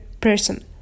person